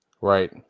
Right